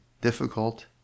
difficult